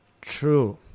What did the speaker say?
true